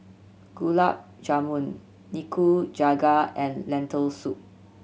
Gulab Jamun Nikujaga and Lentil Soup